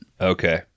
Okay